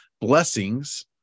blessings